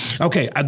Okay